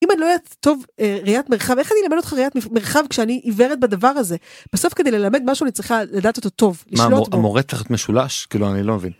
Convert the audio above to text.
טוב ראיית מרחב איך אני לומד אותך ראיית מרחב כשאני עיוורת בדבר הזה בסוף כדי ללמד משהו אני צריכה לדעת אותו טוב מה מורדת משולש כאילו אני לא מבין.